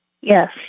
Yes